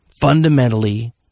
fundamentally